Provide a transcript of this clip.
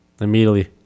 Immediately